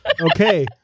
Okay